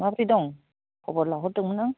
माबोरै दं खबर लाहरदोंमोनहां